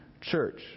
church